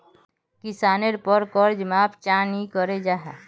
किसानेर पोर कर्ज माप चाँ नी करो जाहा?